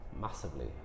Massively